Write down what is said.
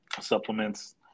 supplements